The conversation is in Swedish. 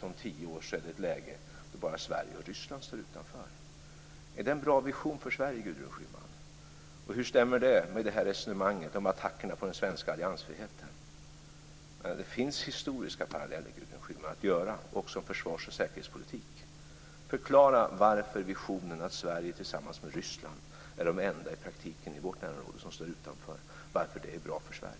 om tio år kanske har ett läge då bara Sverige och Ryssland står utanför? Är det en bra vision för Sverige, Gudrun Schyman? Hur stämmer det med resonemanget om attackerna på den svenska alliansfriheten? Det finns historiska paralleller, Gudrun Schyman, att göra också om försvars och säkerhetspolitik. Förklara visionerna att Sverige tillsammans med Ryssland i praktiken är de enda i vårt närområde som skall stå utanför och varför det är bra för Sverige.